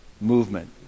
movement